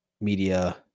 media